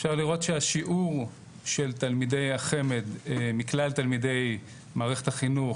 אפשר לראות שהשיעור של תלמידי החמ"ד מכלל תלמידי מערכת החינוך